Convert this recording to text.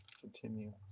Continue